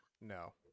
No